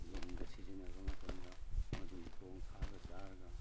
ꯖꯤꯝꯗ ꯁꯤꯖꯤꯟꯅꯔꯕ ꯃꯇꯝꯗ ꯃꯗꯨꯅ ꯊꯣꯡ ꯊꯥꯛꯑꯒ ꯆꯥꯔꯒ